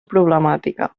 problemàtica